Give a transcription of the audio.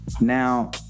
Now